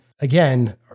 again